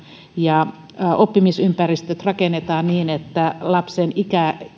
ja oppimisympäristöt rakennetaan niin että lapsen ikä